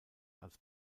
als